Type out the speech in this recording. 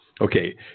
Okay